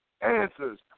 answers